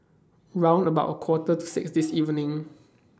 round about A Quarter to six This evening